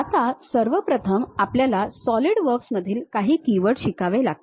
आता सर्वप्रथम आपल्याला सॉलिडवर्क्समधील काही कीवर्ड शिकावे लागतील